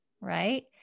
Right